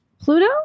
Pluto